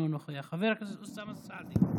אינו נוכח, חבר הכנסת אוסאמה סעדי.